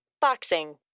boxing